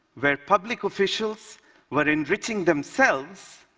where public officials were enriching themselves,